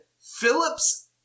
Phillips